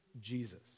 Jesus